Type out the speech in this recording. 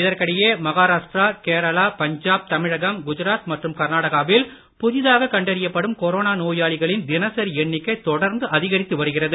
இதற்கிடையே மகராஷ்டிரா கேரளா பஞ்சாப் தமிழகம் குஜராத் மற்றும் கர்நாடகாவில் புதிதாக கண்டறியப்படும் கொரோனா நோயாளிகளின் தினசரி எண்ணிக்கை தொடர்ந்து அதிகரித்து வருகிறது